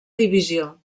divisió